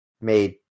made